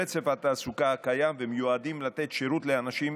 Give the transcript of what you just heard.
היא לא דאגה להם למים.